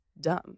dumb